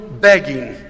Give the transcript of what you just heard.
begging